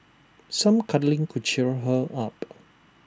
some cuddling could cheer her up